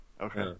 Okay